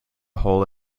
hole